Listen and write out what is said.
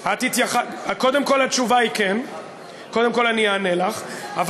שאתה עונה לי מה התשובה בקשר להצעת החוק שלי?